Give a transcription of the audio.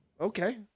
Okay